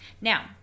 Now